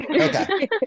Okay